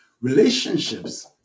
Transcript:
relationships